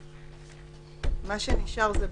מה שנשאר זה בעמ'